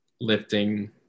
lifting